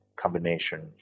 combination